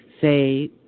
say